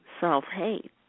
self-hate